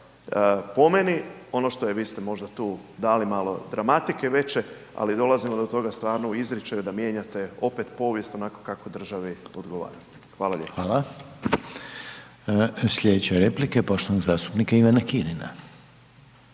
Po meni, ono što je, vi ste možda tu dali malo dramatike veće, ali dolazimo do toga stvarno u izričaju da mijenjate opet povijest onako kako državi odgovara. Hvala lijepo. **Reiner, Željko (HDZ)** Hvala. Slijedeće replike poštovanog zastupnika Ivana Kirina.